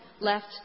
left